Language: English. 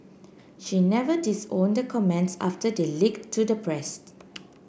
she never disowned comments after they leak to the pressed